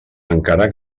encara